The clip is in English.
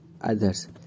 others